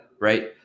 right